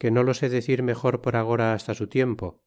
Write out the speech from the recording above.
que no lo sé decir mejor por agora hasta su tiempo